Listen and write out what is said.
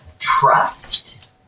Trust